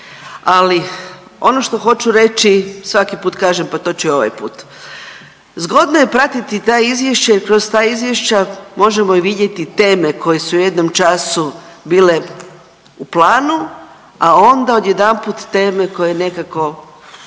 Ali ono što hoću reći, svaki put kažem pa to ću ja ovaj put. Zgodno je pratiti ta izvješća i kroz ta izvješća možemo i vidjeti teme koje su u jednom času bile u planu, a onda odjedanput teme koje nekako